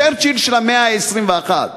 צ'רצ'יל של המאה ה-21.